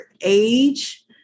age